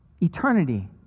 Eternity